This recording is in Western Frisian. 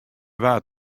waard